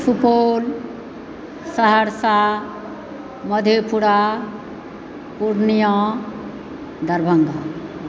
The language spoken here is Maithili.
सुपौल सहरसा मधेपुरा पूर्णिया दरभङ्गा